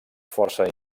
força